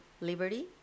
Liberty